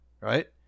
right